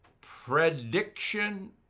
prediction